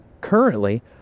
currently